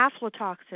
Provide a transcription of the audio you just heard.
aflatoxin